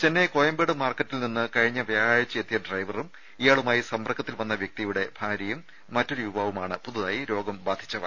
ചെന്നൈ കോയംപേട് മാർക്കറ്റിൽ നിന്ന് കഴിഞ്ഞ വ്യാഴാഴ്ച്ച എത്തിയ ഡ്രൈവറും ഇയാളുമായി സമ്പർക്കത്തിൽ വന്ന വ്യക്തിയുടെ ഭാര്യയും മറ്റൊരു യുവാവുമാണ് പുതുതായി രോഗം ബാധിച്ചവർ